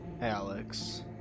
Alex